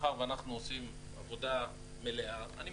אנחנו ראינו בנתונים שהצבנו